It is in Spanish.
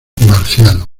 marciano